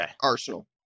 arsenal